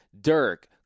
Dirk